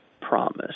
promise